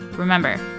Remember